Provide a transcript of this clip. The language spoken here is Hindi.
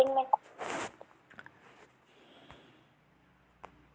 बाज़ार में सर्वाधिक बिकने वाला कौनसा धान है?